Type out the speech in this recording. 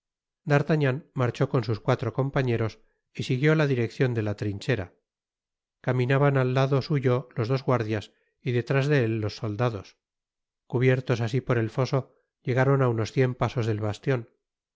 exacta d'artagnan marchó con sus cuatro compañeros y siguió la direccion de la trinchera caminaban al lado suyo los dos guardias y detrás de él los soldados cubiertos asi por el foso llegaron á unos cien pasos del bastion